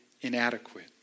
inadequate